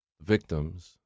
victims